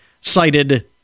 cited